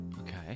Okay